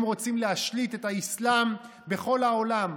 הם רוצים להשליט את האסלאם בכל העולם,